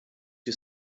you